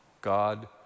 God